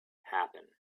happen